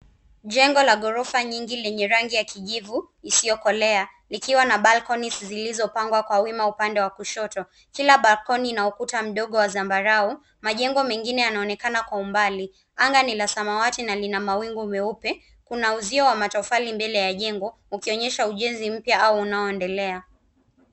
Jengo la ghorofa nyingi lenye rangi ya kijivu, isiokolea, ikiwa na balconies zilizopangwa kwa wima upande wa kushoto, kila balcony ina ukuta mdogo wa zambarau, majengo mengine yanaonekana kwa umbali. Anga ni la samawati na lina mawingu meupe, kuna uzio wa matofali mbele ya jengo, ukionyesha ujenzi mpya, au unaoendelea.